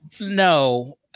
No